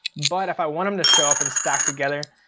but if i want them to show up and stack together,